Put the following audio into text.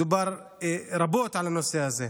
דובר רבות על הנושא הזה.